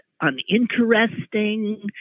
uninteresting